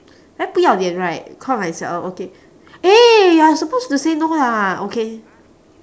very 不要脸 right call myself okay eh you are supposed to say no lah okay